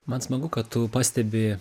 man smagu kad tu pastebi